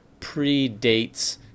predates